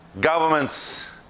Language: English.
governments